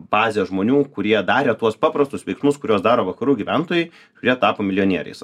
bazė žmonių kurie darė tuos paprastus veiksmus kuriuos daro vakarų gyventojai kurie tapo milijonieriais